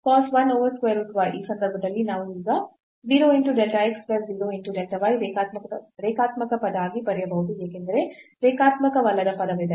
ಈ ಸಂದರ್ಭದಲ್ಲಿ ನಾವು ಈಗ 0 into delta x plus 0 into delta y ರೇಖಾತ್ಮಕ ಪದ ಆಗಿ ಬರೆಯಬಹುದು ಏಕೆಂದರೆ ರೇಖಾತ್ಮಕವಲ್ಲದ ಪದವಿದೆ